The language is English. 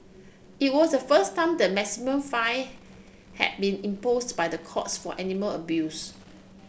it was the first time the maximum fine had been imposed by the courts for animal abuse